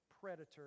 predator